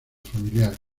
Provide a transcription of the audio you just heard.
familiares